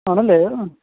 ആണല്ലേ